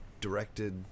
directed